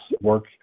work